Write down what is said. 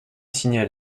signal